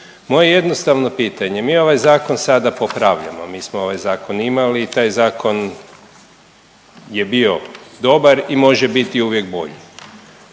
Moje jednostavno pitanje. Mi ovaj zakon sada popravljamo, mi smo ovaj zakon imali i taj zakon je bio dobar i može biti uvijek bolji.